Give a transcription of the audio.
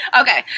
Okay